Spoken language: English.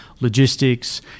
logistics